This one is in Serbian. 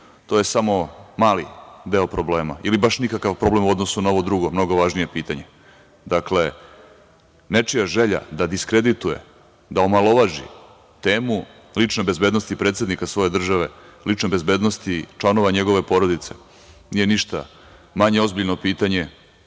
to je samo mali deo problema ili baš nikakav problem u odnosu na ovo drugo, mnogo važnije pitanje. Dakle, nečija želja da diskredituje, da omalovaži temu lične bezbednosti predsednika svoje države, lične bezbednosti članova njegove porodice, nije ništa manje ozbiljno pitanje